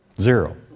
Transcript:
Zero